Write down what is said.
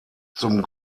zum